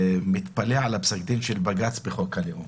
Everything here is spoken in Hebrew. מתפלא על הפסק של בג"ץ לגבי חוק הלאום